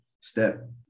step